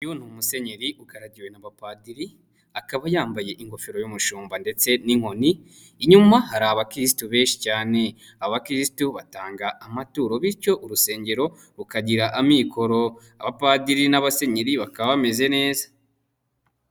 Uyu ni umusenyeri ugaragiwe n'abapadiri akaba yambaye ingofero y'umushumba ndetse n'inkoni, inyuma hari abakirisitu benshi cyane, abakirisitu batanga amaturo bityo urusengero rukagira amikoro, abapadiri n'abasenyeri bakaba bameze neza.